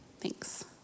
Thanks